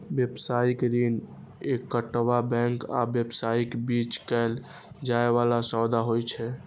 व्यावसायिक ऋण एकटा बैंक आ व्यवसायक बीच कैल जाइ बला सौदा होइ छै